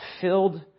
filled